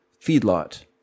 feedlot